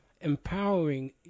empowering